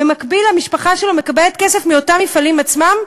במקביל המשפחה שלו מקבלת כסף מאותם מפעלים עצמם.